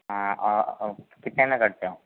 हाँ कितने में करते हो